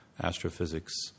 Astrophysics